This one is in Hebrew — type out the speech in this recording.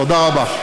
תודה רבה.